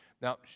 Now